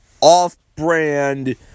off-brand